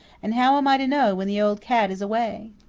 and how am i to know when the old cat is away?